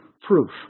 proof